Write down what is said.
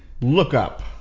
lookup